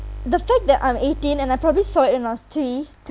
the fact that I'm eighteen and I probably saw it when I was three